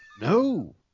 No